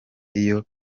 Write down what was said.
iyo